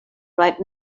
right